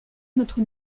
notre